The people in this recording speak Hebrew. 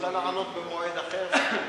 אפשר לענות במועד אחר?